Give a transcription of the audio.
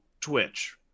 Twitch